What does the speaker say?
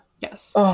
Yes